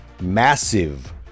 massive